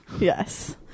yes